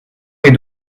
est